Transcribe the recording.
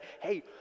hey